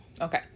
okay